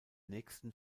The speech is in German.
nächsten